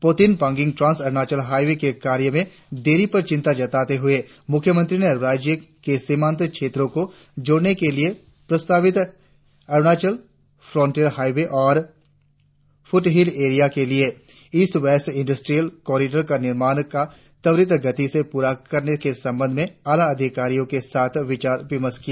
Potin Pangin trans Arunachal highway के कार्य में देरी पर चिंता जताते हुए मुख्यमंत्री ने राज्य के सीमांत क्षेत्रों को जोड़ने के लिए प्रस्तावित अरुणाचल फ्रंटियर हाईवे और फूटहिल एरिया के लिए ईस्ट वेस्ट इंडस्ट्रियल कॉरिडोर का निर्माण का त्वरित गति से पूरा करने के संबध में आला अधिकारियों के साथ विचार विमर्श किया